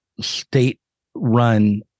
state-run